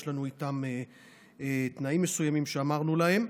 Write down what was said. יש תנאים מסוימים שאמרנו להם.